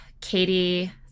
Katie